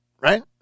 right